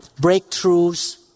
breakthroughs